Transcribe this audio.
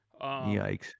Yikes